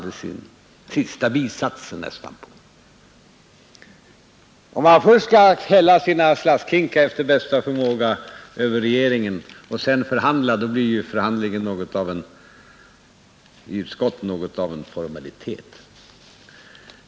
Men om man först efter bästa förmåga häller sina slaskhinkar över regeringen och sedan vill förhandla i utskottet, blir förhandlingen något av en formalitet.